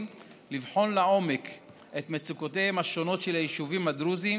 לבחון לעומק את מצוקותיהם השונות של היישובים הדרוזיים,